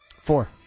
Four